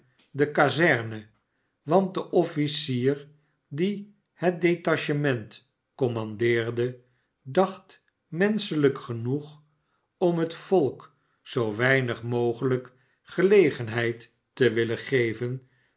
de kazerne want de offieier die het detachement kommandeerde dacht menschelijk genoeg om het volk zoo weinig mogelijk geiegenheid te willen geven